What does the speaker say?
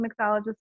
mixologist